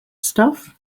stuff